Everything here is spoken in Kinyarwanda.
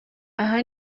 aha